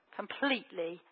completely